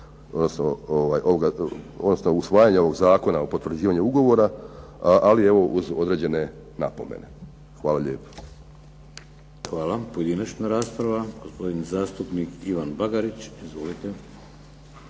ovog usvajanja ovog zakona o potvrđivanje ugovora, ali evo uz određene napomene. Hvala lijepo. **Šeks, Vladimir (HDZ)** Hvala. Pojedinačna rasprava. Gospodin zastupnik Ivan Bagarić. Izvolite.